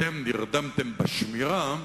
אתם נרדמתם בשמירה,